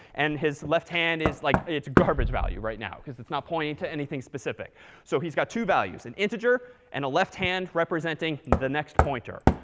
and his left hand is like, it's garbage value right now, because it's not pointing to anything specific. so he's got two values an integer, and a left hand representing the next pointer.